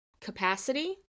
capacity